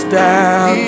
down